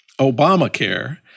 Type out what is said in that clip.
Obamacare